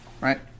right